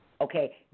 Okay